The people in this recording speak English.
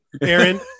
Aaron